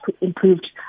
improved